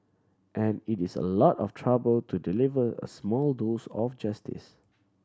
and it is a lot of trouble to deliver a small dose of justice